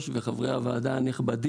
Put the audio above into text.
רב,